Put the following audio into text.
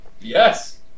Yes